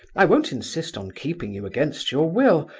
i won't insist on keeping you against your will,